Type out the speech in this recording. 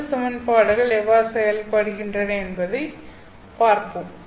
இந்த சமன்பாடுகள் எவ்வாறு செயல்படுகின்றன என்பதைப் பார்ப்போம்